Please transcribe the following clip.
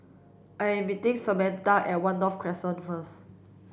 I'm meeting Samatha at One North Crescent first